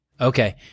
Okay